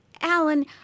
Alan